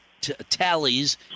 tallies